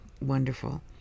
wonderful